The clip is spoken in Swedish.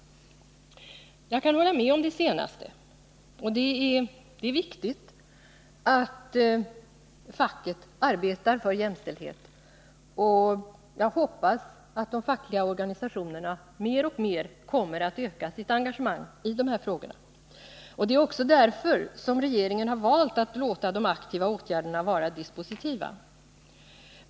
Jag kan hålla med om det senaste. Det är viktigt att facket arbetar för jämställdhet, och jag hoppas att de fackliga organisationerna mer och mer kommer att öka sitt engagemang i de här frågorna. Det är också därför som regeringen valt att låta de aktiva åtgärderna vara dispositiva.